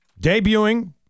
Debuting